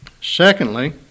Secondly